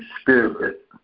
Spirit